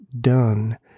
done